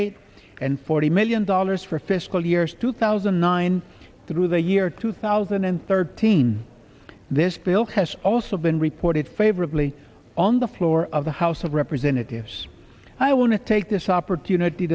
eight and forty million dollars for fiscal years two thousand and nine through the year two thousand and thirteen this bill has also been reported favorably on the floor of the house of representatives i want to take this opportunity